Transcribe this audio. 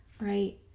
right